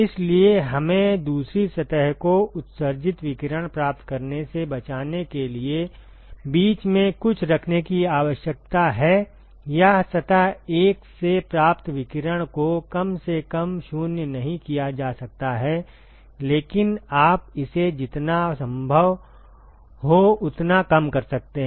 इसलिए हमें दूसरी सतह को उत्सर्जित विकिरण प्राप्त करने से बचाने के लिए बीच में कुछ रखने की आवश्यकता है या सतह 1 से प्राप्त विकिरण को कम से कम 0 नहीं किया जा सकता है लेकिन आप इसे जितना संभव हो उतना कम कर सकते हैं